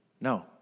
No